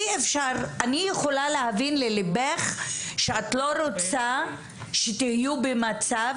אני יכולה להבין לליבך שאת לא רוצה שתהיו במצב